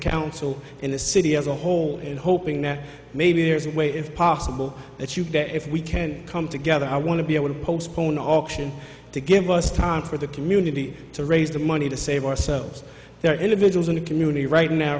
council in the city as a whole and hoping that maybe there's a way it's possible that you that if we can come together i want to be able to postpone auction to give us time for the community to raise the money to save ourselves there are individuals in the community right now